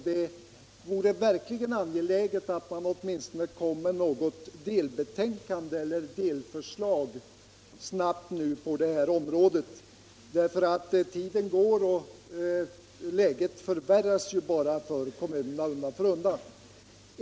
Det är verkligen angeläget att man snabbt kommer med åtminstone något delbetänkande eller delförslag på området, för tiden går och läget förvärras bara för kommunerna undan för undan.